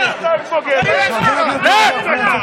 לך.